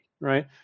right